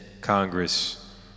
Congress